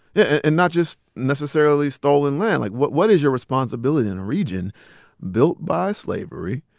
yeah. and not just necessarily stolen land. like, what what is your responsibility in a region built by slavery